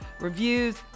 Reviews